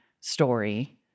story